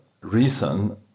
reason